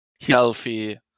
healthy